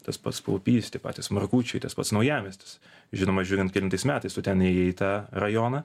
tas pats paupys tie patys markučiai tas pats naujamiestis žinoma žiūrint kelintais metais su ten įėjai į tą rajoną